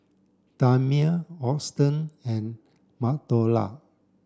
Tamia Auston and Madora